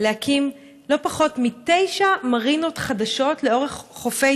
ופרסמה נתונים מזעזעים על חלקם של האזרחים הוותיקים ושל הקשישים בתאונות